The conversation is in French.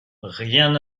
rien